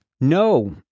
no